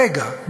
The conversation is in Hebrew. הרגע,